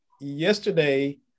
yesterday